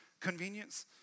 convenience